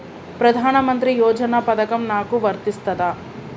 ప్రధానమంత్రి యోజన పథకం నాకు వర్తిస్తదా?